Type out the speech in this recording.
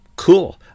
cool